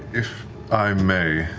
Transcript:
if i may,